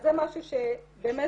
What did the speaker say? אז זה משהו שצריך